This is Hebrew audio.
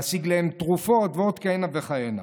להשיג להם תרופות ועוד כהנה וכהנה.